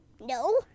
No